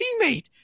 teammate